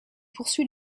poursuit